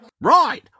Right